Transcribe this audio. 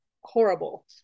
horrible